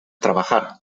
trabajar